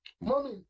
Mommy